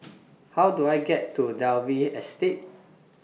How Do I get to Dalvey Estate